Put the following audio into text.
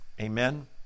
Amen